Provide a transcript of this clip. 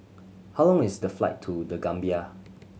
how long is the flight to The Gambia